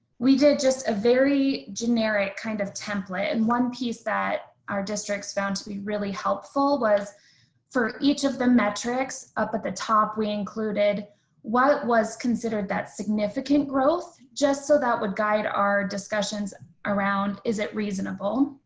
we did just a very generic kind of template. and one piece that our districts found to be really helpful was for each of the metrics up at the top we included what was considered that significant growth just so that would guide our discussions around is it reasonable?